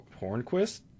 Hornquist